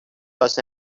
was